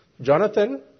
Jonathan